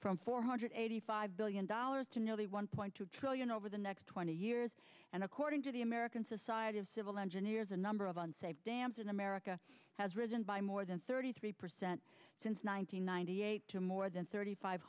from four hundred eighty five billion dollars to nearly one point two trillion over the next twenty years and according to the american society of civil engineers a number of unsafe dams in america has risen by more than thirty three percent since one thousand nine hundred eight to more than thirty five